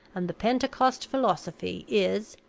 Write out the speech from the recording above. and the pentecost philosophy is,